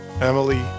Emily